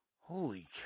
Holy